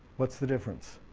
what's the difference?